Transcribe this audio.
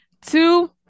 two